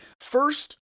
first